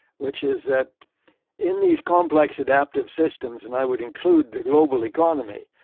which is that in these complex adaptive systems, and i would include the global economy,